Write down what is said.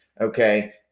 okay